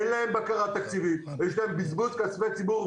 אין להם בקרת תקציבים, יש להם בזבוז כספי ציבור.